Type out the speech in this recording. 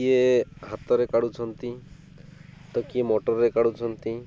କିଏ ହାତରେ କାଢ଼ୁଛନ୍ତି ତ କିଏ ମଟର୍ରେ କାଢ଼ୁଛନ୍ତି